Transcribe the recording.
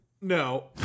No